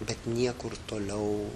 bet niekur toliau